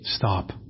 stop